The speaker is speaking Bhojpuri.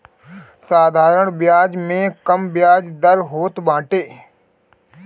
साधारण बियाज में कम बियाज दर होत बाटे